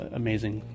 amazing